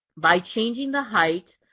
by changing the height,